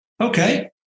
Okay